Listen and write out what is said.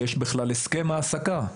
יש בכלל הסכם העסקה.